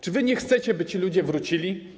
Czy wy nie chcecie, by ci ludzie wrócili?